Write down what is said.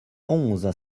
onze